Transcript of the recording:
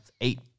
eight